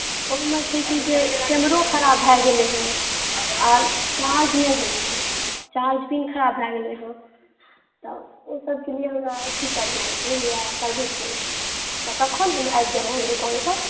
ओहिमे छै कि जे कैमरो खराब भए गेलै हेँ आर चार्ज नहि होइत छै चार्ज पिन खराब भए गेलै हेँ तऽ ओ सभके लिए हमरा एथी करनाइ छै बुझलियै सर्विसिंग तऽ कखन हम आबि जायब अहाँके दोकानपर